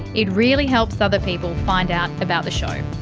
it really helps other people find out about the show.